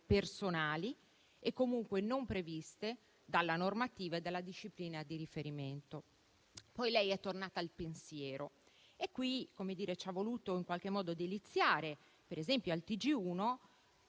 personali, comunque non previste dalla normativa e dalla disciplina di riferimento. Poi, lei è tornato al pensiero e ci ha voluto in qualche modo deliziare: per esempio al TG1,